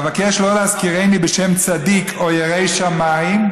אבקש שלא להזכירני בשם צדיק או ירא שמיים,